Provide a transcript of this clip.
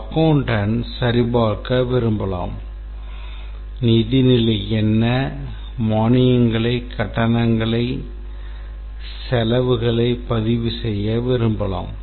accountant சரிபார்க்க விரும்பலாம் நிதி நிலை என்ன மானியங்களை கட்டணங்களை செலவுகளை பதிவு செய்ய விரும்பலாம்